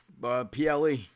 PLE